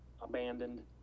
abandoned